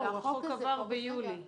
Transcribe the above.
לא, החוק עבר ביולי.